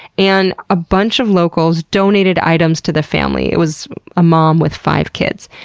and a bunch of locals donated items to the family it was a mom with five kids.